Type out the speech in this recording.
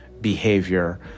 behavior